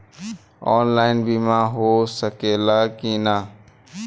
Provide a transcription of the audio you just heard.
Online बीमा हो सकेला की ना?